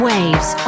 Waves